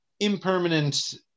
impermanent